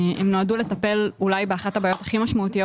הן נועדו לטפל אולי באחת הבעיות הכי משמעותיות